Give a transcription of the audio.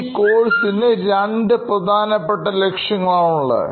ഈ കോഴ്സിന് രണ്ട് പ്രധാനപ്പെട്ട ലക്ഷ്യങ്ങളാണുള്ളത്